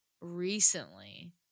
recently